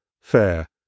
Fair